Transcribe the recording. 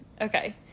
Okay